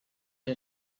que